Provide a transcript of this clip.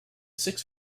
six